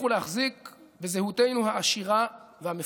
ולהחזיק בזהותנו העשירה והמפוארת.